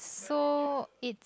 so it's